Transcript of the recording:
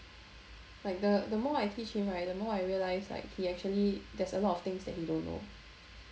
like the more I teach him right the more I realise like he actually there's a lot of things that he don't know